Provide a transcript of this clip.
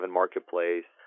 marketplace